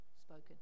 spoken